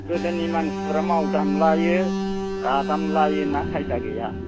गोदोनि मानसिफ्रा मावदामलायो जादामलायोना खायदा गैया